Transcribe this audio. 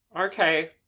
Okay